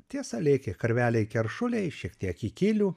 tiesa lėkė karveliai keršuliai šiek tiek kikilių